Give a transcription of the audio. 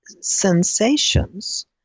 sensations